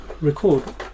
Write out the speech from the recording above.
record